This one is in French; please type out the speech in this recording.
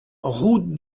route